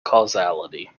causality